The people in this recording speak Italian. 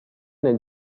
nel